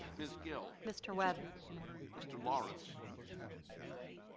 ms. gill mr. webb mr. lawrence i abstain.